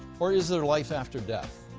or is there life after death?